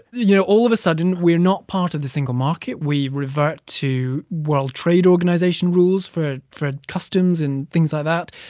you know, all of a sudden we're not part of the single market. we revert to world trade organization rules for for customs and things like that.